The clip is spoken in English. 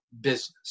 business